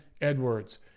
Edwards